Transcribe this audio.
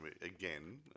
again